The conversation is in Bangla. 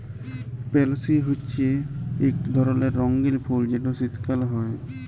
পেলসি হছে ইক ধরলের রঙ্গিল ফুল যেট শীতকাল হ্যয়